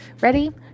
Ready